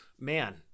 man